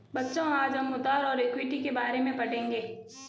बच्चों आज हम उधार और इक्विटी के बारे में पढ़ेंगे